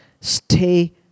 Stay